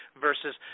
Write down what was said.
versus